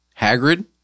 Hagrid